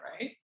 right